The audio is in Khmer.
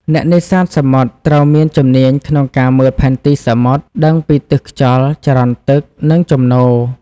អ្នកនេសាទសមុទ្រត្រូវមានជំនាញក្នុងការមើលផែនទីសមុទ្រ ដឹងពីទិសខ្យល់ ចរន្តទឹក និងជំនោរ។